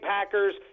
Packers